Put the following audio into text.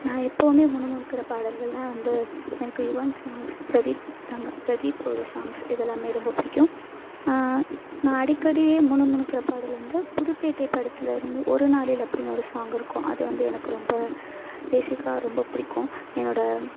நான் எப்போவுமே முணுமுணுக்கிற பாடல்கள்னால் வந்து எனக்கு யுவன் சாங்ஸ் பிரதீப் ரங் பிரதீப்போட சாங்ஸ் இதெல்லாமே ரொம்ப பிடிக்கும் நான் அடிக்கடியே முணுமுணுக்கிற பாடல் வந்து புதுப்பேட்டை படத்திலேருந்து ஒரு நாளில் அப்படின்னு ஒரு சாங்க் இருக்கும் அது வந்து எனக்கு ரொம்ப பேசிக்காக ரொம்ப பிடிக்கும் என்னோட